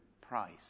price